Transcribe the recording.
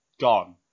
gone